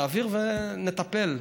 תעביר ונטפל.